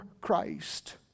Christ